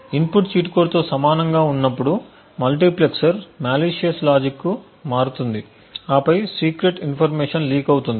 input cheat code తో సమానంగా ఉన్నప్పుడు మల్టీప్లెక్సర్ మాలీసియస్ లాజిక్ కు మారుతుంది ఆపై సీక్రెట్ ఇన్ఫర్మేషన్ లీక్ అవుతుంది